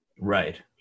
Right